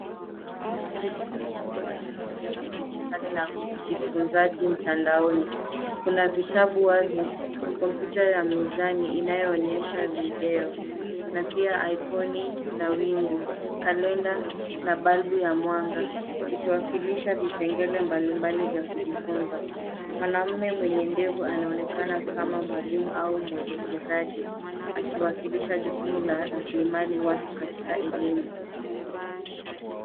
Mchoro unaonyesha ulimwengu wa elimu ya kidijitali na ujifunzaji mtandaoni. Kuna vitabu wazi, kompyuta ya mezani inayoonyesha video, na pia ikoni za wingu, kalenda na balbu ya mwanga, zikiwakilisha vipengele mbalimbali vya kujifunza. Mwanaume mwenye ndevu anaonekana kama mwalimu au mwelekezaji akiwakilisha jukumu la rasilimali watu katika elimu.